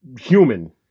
human